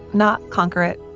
not conquer it